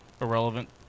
irrelevant